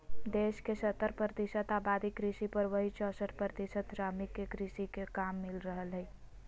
देश के सत्तर प्रतिशत आबादी कृषि पर, वहीं चौसठ प्रतिशत श्रमिक के कृषि मे काम मिल रहल हई